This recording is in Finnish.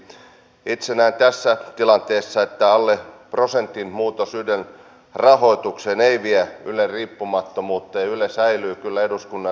itse näen tässä tilanteessa että alle prosentin muutos ylen rahoitukseen ei vie ylen riippumattomuutta ja yle säilyy kyllä eduskunnan radiona